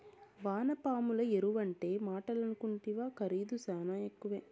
వానపాముల ఎరువంటే మాటలనుకుంటివా ఖరీదు శానా ఎక్కువే